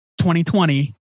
2020